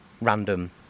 random